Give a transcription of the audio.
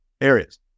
areas